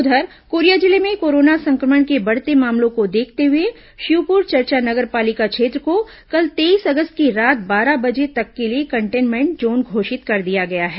उधर कोरिया जिले में कोरोना संक्रमण के बढ़ते मामलों को देखते हुए शिवपुर चरचा नगर पालिका क्षेत्र को कल तेईस अगस्त की रात बारह बजे तक के लिए कंटेनमेंट जोन घोषित कर दिया गया है